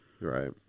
Right